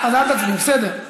אז אל תצביע, בסדר.